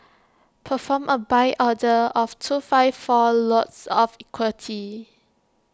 perform A buy order of two five four lots of equity